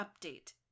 update